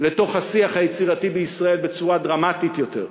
השיח היצירתי בישראל בצורה דרמטית יותר.